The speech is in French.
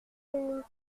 une